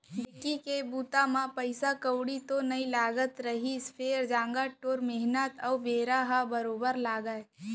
ढेंकी के बूता म पइसा कउड़ी तो नइ लागत रहिस फेर जांगर टोर मेहनत अउ बेरा ह बरोबर लागय